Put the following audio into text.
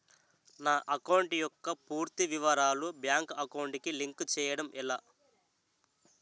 నా అకౌంట్ యెక్క పూర్తి వివరాలు బ్యాంక్ అకౌంట్ కి లింక్ చేయడం ఎలా?